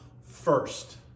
first